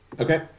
Okay